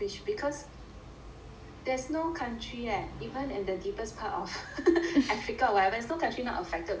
there's no country eh even in the deepest part of Africa or whatever there's no country not affected by COVID nineteen